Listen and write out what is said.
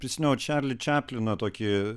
prisiminiau čarlį čapliną tokį